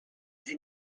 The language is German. sie